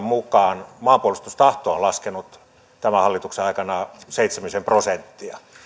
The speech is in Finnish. mukaan maanpuolustustahto on laskenut tämän hallituksen aikana seitsemisen prosenttia